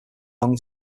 belong